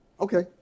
Okay